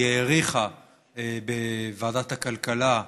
היא האריכה בוועדת הכלכלה,